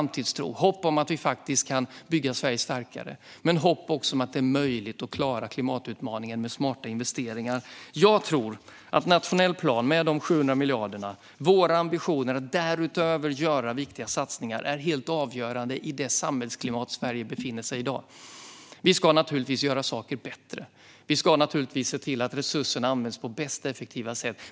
De väcker hopp om att vi faktiskt kan bygga Sverige starkare, men de väcker också hopp om att det är möjligt att klara klimatutmaningen med smarta investeringar. Jag tror att den nationella planen, med dessa 700 miljarder, och våra ambitioner att därutöver göra viktiga satsningar är helt avgörande i det samhällsklimat som Sverige i dag befinner sig i. Vi ska naturligtvis göra saker bättre, och vi ska naturligtvis se till att resurserna används på bästa och mest effektiva sätt.